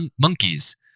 monkeys